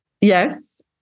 Yes